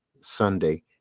Sunday